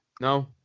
No